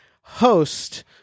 host